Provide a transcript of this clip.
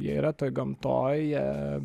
yra toje gamtoje